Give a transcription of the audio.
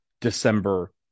december